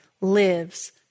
lives